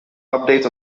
updates